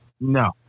No